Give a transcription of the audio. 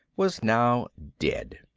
was now dead.